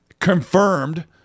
confirmed